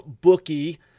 bookie